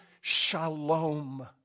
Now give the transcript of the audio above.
shalom